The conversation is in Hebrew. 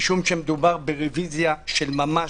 מדובר ברביזיה של ממש,